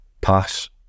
pass